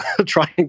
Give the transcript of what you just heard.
trying